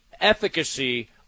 efficacy